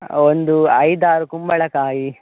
ಒಂದು ಐದಾರು ಕುಂಬಳಕಾಯಿ